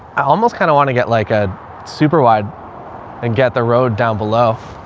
i almost kind of want to get like a super wide and get the road down below.